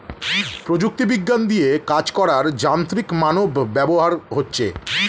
প্রযুক্তি বিজ্ঞান দিয়ে কাজ করার যান্ত্রিক মানব ব্যবহার হচ্ছে